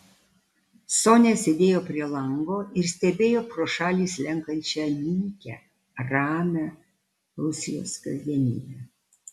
sonia sėdėjo prie lango ir stebėjo pro šalį slenkančią nykią ramią rusijos kasdienybę